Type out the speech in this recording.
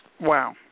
Wow